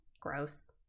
gross